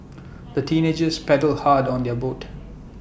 the teenagers paddled hard on their boat